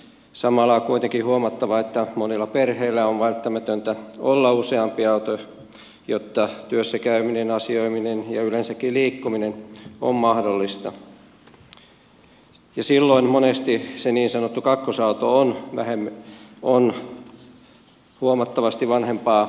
samalla on kuitenkin huomattava että monilla perheillä on välttämätöntä olla useampi auto jotta työssä käyminen asioiminen ja yleensäkin liikkuminen on mahdollista ja silloin monesti se niin sanottu kakkosauto on huomattavasti vanhempaa vuosimallia